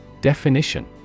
Definition